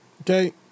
Okay